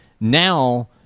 now